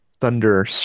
thunder